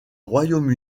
royaume